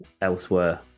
elsewhere